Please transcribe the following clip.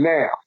Now